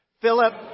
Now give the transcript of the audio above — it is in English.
Philip